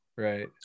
Right